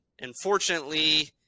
unfortunately